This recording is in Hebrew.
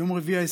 ביום רביעי,